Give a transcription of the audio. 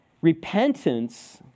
Repentance